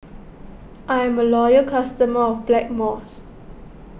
I'm a loyal customer of Blackmores